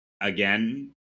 again